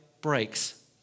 breaks